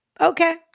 okay